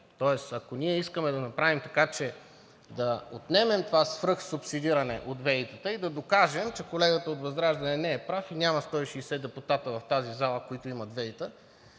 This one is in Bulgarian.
Ако ние искаме да направим така, че да отнемем това свръхсубсидиране от ВЕИ-тата и да докажем, че колегата от ВЪЗРАЖДАНЕ не е прав и че няма 160 депутати в тази зала, които имат ВЕИ-та